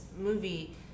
movie